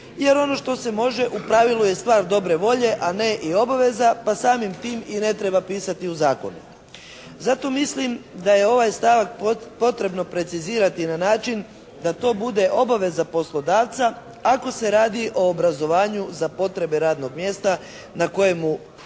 jer ono što se može u pravilu je stvar dobre volje i obaveza pa samim tim i ne treba pisati u zakonu. Zato mislim da je ovaj stavak potrebno precizirati na način da to bude obaveza poslodavca ako se radi o obrazovanju za potrebe radnog mjesta na kojemu